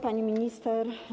Pani Minister!